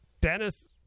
dennis